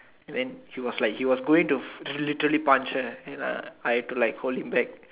then he was like he was going to literally punch her and I I had to like hold him back